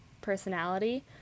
personality